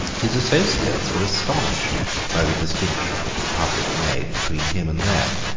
his associates were astonished by the distinction which the public made between him and them.